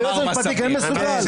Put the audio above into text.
היועץ המשפטי כן מסוגל?